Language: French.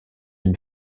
une